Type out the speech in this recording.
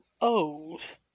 O's